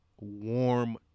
warm